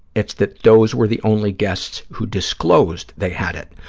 it's that those were the only guests who disclosed they had it.